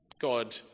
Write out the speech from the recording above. God